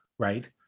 right